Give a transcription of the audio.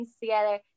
together